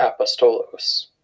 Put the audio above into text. apostolos